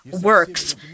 works